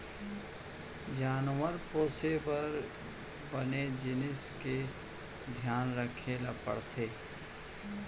जानवर पोसे बर बने जिनिस के धियान रखे ल परथे